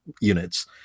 units